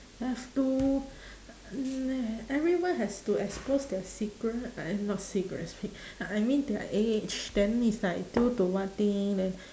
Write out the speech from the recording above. have to mm everyone has to expose their secret I I mean not secret I mean their age then it's like due to one thing then